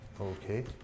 Okay